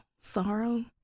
Sorrow